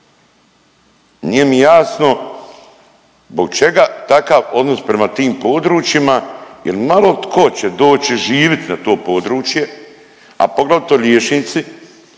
Nije mi jasno zbog čega takav odnos prema tim područjima jer malo tko će doći živjet na to područje, a poglavito liječnici